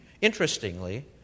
Interestingly